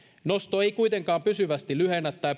nosto ei kuitenkaan pysyvästi lyhennä tai